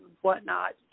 whatnot